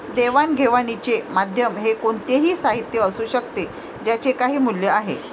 देवाणघेवाणीचे माध्यम हे कोणतेही साहित्य असू शकते ज्याचे काही मूल्य आहे